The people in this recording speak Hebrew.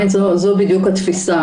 זאת בדיוק התפיסה.